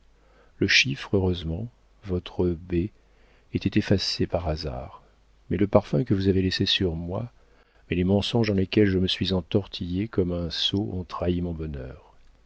le chiffre heureusement votre b était effacé par hasard mais le parfum que vous avez laissé sur moi mais les mensonges dans lesquels je me suis entortillé comme un sot ont trahi mon bonheur